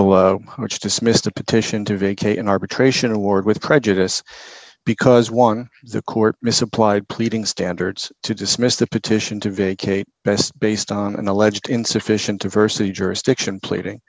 below which dismissed a petition to vacate an arbitration award with prejudice because one the court misapplied pleading standards to dismiss the petition to vacate best based on an alleged insufficient diversity jurisdiction pleading